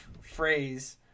phrase